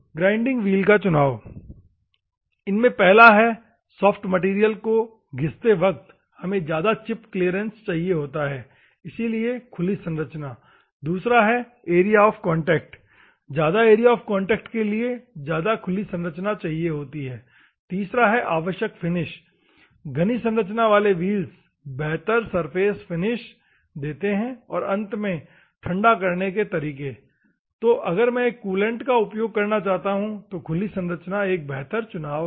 grinding wheel का चुनाव इनमें पहला है सॉफ्ट मैटेरियल को घिसते वक्त हमें ज्यादा चिप क्लीयरेंस चाहिए होता है इसलिए खुली संरचना दूसरा है एरिया ऑफ कांटेक्ट ज्यादा एरिया ऑफ कांटेक्ट के लिए ज्यादा खुली संरचना चाहिए होती है तीसरा है आवश्यक फिनिश घनी संरचना वाले व्हील बेहतर सरफेस फिनिश देते है और अंत में ठंडा करें के तरीके तो अगर मैं एक कूलैंट का उपयोग करना चाहता हूं तो खुली संरचना एक बेहतर चुनाव है